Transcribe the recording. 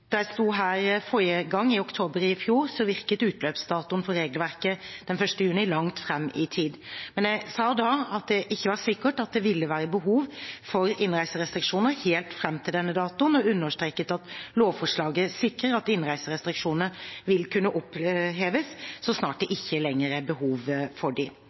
Da jeg sto her forrige gang, i oktober i fjor, virket utløpsdatoen for regelverket den 1. juni langt fram i tid. Jeg sa da at det ikke var sikkert at det ville være behov for innreiserestriksjoner helt fram til denne datoen, og understreket at lovforslaget sikret at innreiserestriksjonene ville kunne oppheves så snart det ikke lenger var behov for